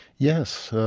yes,